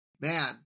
man